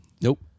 Nope